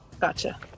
Gotcha